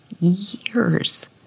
years